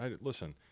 Listen